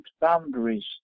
Boundaries